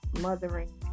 mothering